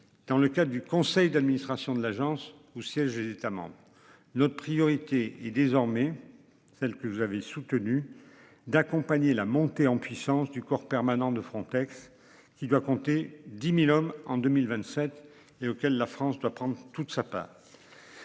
Dans le cas du conseil d'administration de l'Agence où siègent États. Notre priorité est désormais celle que vous avez soutenu d'accompagner la montée en puissance du corps permanents de Frontex qui doit compter 10.000 hommes en 2027 et auquel la France doit prendre toute sa part.